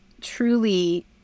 truly